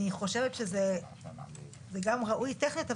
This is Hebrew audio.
אני חושבת שזה גם ראוי טכנית,